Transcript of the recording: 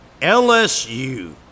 LSU